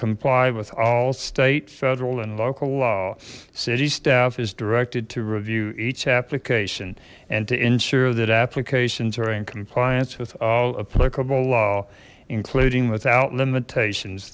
comply with all state federal and local laws city staff is directed to review each application and to ensure that applications are in compliance with all applicable law including without limitations